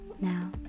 now